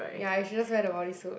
ya you should just wear the bodysuit